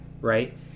Right